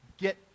Get